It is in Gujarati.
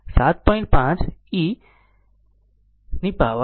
તેથી તે પાવર માટે 7